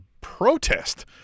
protest